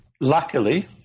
luckily